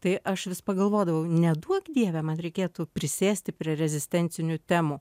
tai aš vis pagalvodavau neduok dieve man reikėtų prisėsti prie rezistencinių temų